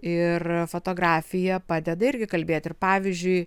ir fotografija padeda irgi kalbėt ir pavyzdžiui